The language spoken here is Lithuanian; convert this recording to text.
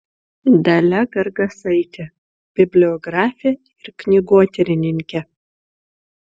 dalia gargasaitė bibliografė ir knygotyrininkė